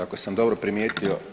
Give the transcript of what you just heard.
Ako sam dobro primijetio.